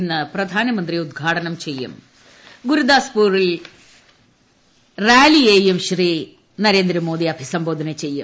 ഇന്ന് പ്രധാനമന്ത്രി ഉദ്ഘാടനം ചെയ്യും ഗുരുദാസ്പൂരിൽ റാലിയേയും ശ്രീ നരേന്ദ്രമോദി അഭിസംബോധന ചെയ്യും